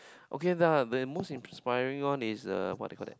okay lah the most inspiring one is uh what do you call that